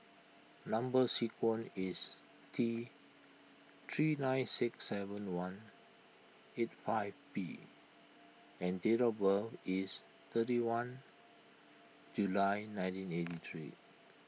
Number Sequence is T three nine six seven one eight five P and date of birth is thirty one July nineteen eighty three